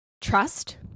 trust